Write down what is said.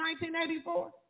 1984